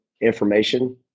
information